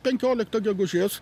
penkioliktą gegužės